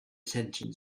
detention